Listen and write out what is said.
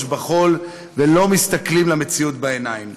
בחול ולא מסתכלים למציאות בעיניים.